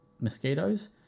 mosquitoes